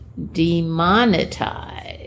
demonetize